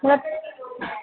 न